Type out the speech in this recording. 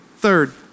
Third